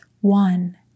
One